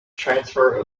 transfer